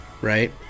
Right